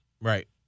right